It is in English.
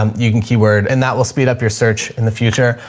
um you can keyword and that will speed up your search in the future.